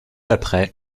après